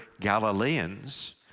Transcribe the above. Galileans